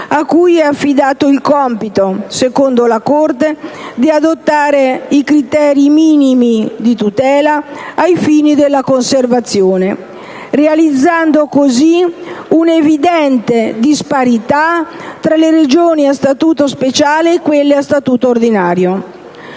cui è affidato il compito, secondo la Corte, di adottare i criteri minimi di tutela ai fini alla conservazione, realizzandosi così un'evidente disparità tra le Regioni a statuto speciale e quelle a statuto ordinario.